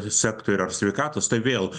sektorių ar sveikatos tai vėl